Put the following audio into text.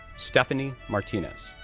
stephanie martinez,